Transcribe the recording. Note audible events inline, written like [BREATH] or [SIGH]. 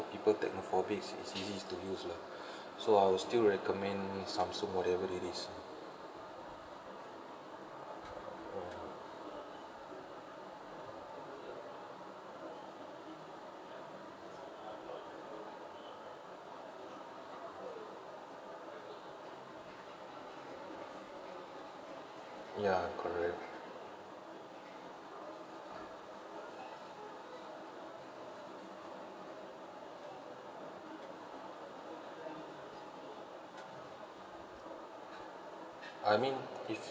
for people technophobics is easy to use lah [BREATH] so I'll still recommend samsung whatever it is ya correct I mean if